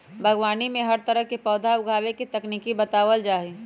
बागवानी में हर तरह के पौधा उगावे के तकनीक बतावल जा हई